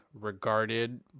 regarded